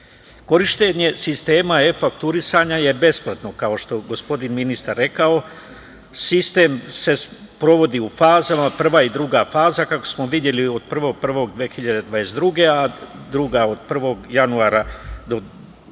godine. Korišćenje sistema e fakturisanja je besplatno, kao što je gospodin ministar rekao, sistem se sprovodi u fazama, prva i druga faza kako smo videli od 1. januara 2022, a druga od 1.